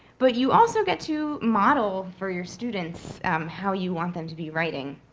but you also get to model for your students um how you want them to be writing.